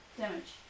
damage